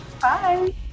Bye